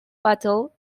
battle